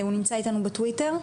הוא נמצא איתנו בזום?